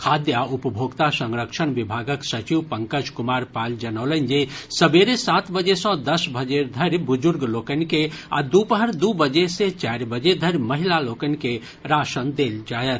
खाद्य आ उपभोक्ता संरक्षण विभागक सचिव पंकज कुमार पाल जनौलनि जे सबेरे सात बजे सँ दस बजे धरि बुजुर्ग लोकनि के आ दूपहर दू बजे से चारि बजे धरि महिला लोकनि के राशन देल जायत